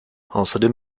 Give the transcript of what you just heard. außerdem